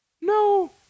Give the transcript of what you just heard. No